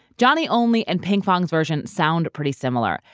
johnny only and pinkfong's version sound pretty similar,